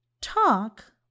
talk